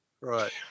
Right